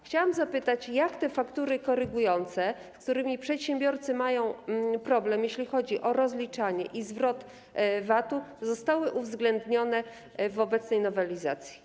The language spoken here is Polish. Chciałam zapytać, jak faktury korygujące, z którymi przedsiębiorcy mają problem, jeśli chodzi o rozliczanie i zwrot VAT-u, zostały uwzględnione w obecnej nowelizacji?